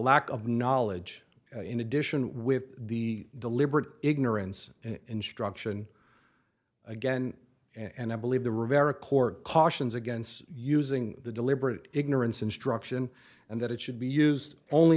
lack of knowledge in addition with the deliberate ignorance and instruction again and i believe the rivera court cautions against using the deliberate ignorance instruction and that it should be used only